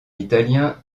italien